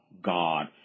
God